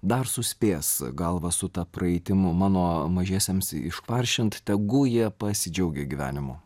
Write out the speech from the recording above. dar suspės galvą su ta praeitim mano mažiesiems iškvaršint tegul jie pasidžiaugia gyvenimu